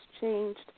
changed